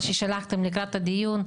מה ששלחתם לקראת הדיון,